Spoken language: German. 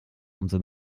umso